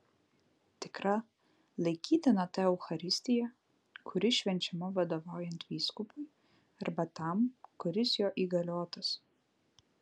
tikra laikytina ta eucharistija kuri švenčiama vadovaujant vyskupui arba tam kuris jo įgaliotas